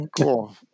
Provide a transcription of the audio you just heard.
Cool